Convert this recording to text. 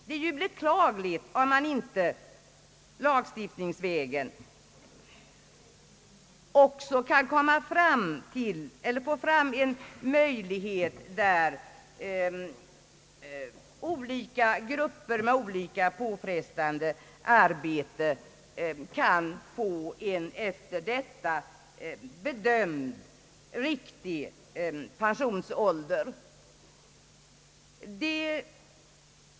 Det är beklagligt om man inte lagstiftningsvägen också kan få fram en möjlighet, som medger olika grupper med olika påfrestande arbete en efter detta bedömd riktig pensionsålder.